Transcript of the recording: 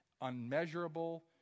unmeasurable